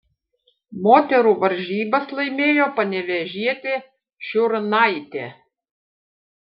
moterų varžybas laimėjo panevėžietė šiurnaitė